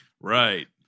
Right